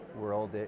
world